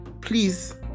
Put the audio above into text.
Please